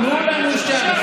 תנו לנו צ'אנס.